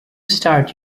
start